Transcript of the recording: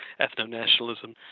ethno-nationalism